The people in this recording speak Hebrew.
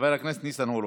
חבר הכנסת ניצן הורוביץ.